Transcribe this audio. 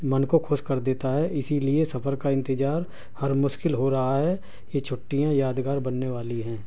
من کو خوش کر دیتا ہے اسی لیے سفر کا انتظار مشکل ہو رہا ہے یہ چھٹیاں یادگار بننے والی ہیں